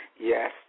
Yes